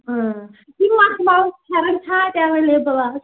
اۭں یہِ مَخمَلُک پھٮ۪رَن چھا اَتہِ اٮ۪ویلیبٕل آز